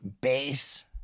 base